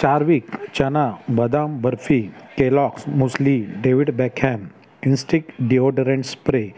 चार्विक चना बदाम barfi Kellogg's muesli David Beckham Instinct deodorant spray